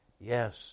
Yes